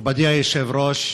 מכובדי היושב-ראש,